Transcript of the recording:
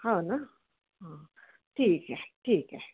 हो ना हां ठीक आहे ठीक आहे